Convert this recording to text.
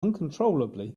uncontrollably